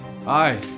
Hi